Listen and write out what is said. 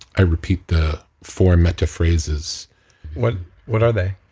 i repeat the four metta phrases what what are they?